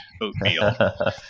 oatmeal